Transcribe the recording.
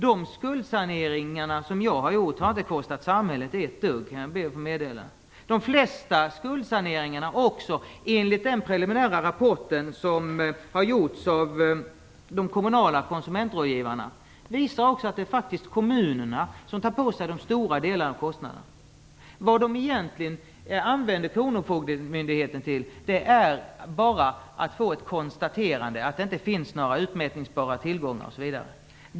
De skuldsaneringar som jag har gjort har inte kostat samhället ett enda dugg, kan jag be att få meddela. Den preliminära rapport som har gjorts av de kommunala konsumentrådgivarna visar också att det faktiskt är kommunerna som tar på sig den stora delen av kostnaden för de flesta skuldsaneringsfallen. Man anlitar egentligen bara kronofogdemyndigheten för att få ett konstaterande av att det inte finns några utmätningsbara tillgångar osv.